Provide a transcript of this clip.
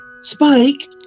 Spike